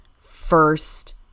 First